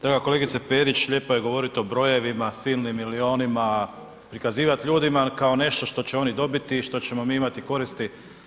Draga kolegice Perić, lijepo je govoriti o brojevima, silnim milijunima, prikazivati ljudima kao nešto što će oni dobiti i što ćemo mi imati koristi.